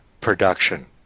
production